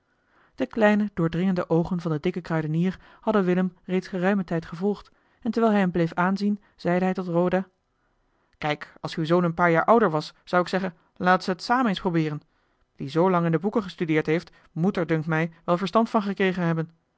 de kleine doordringende oogen van den dikken kruidenier hadden willem reeds geruimen tijd gevolgd en terwijl hij hem bleef aanzien zeide hij tot roda kijk als uw zoon een paar jaar ouder was zou ik zeggen laat ze t saam eens probeeren die zoolang in de boeken gestudeerd heeft moet er dunkt mij wel verstand van gekregen hebben